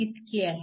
इतकी आहे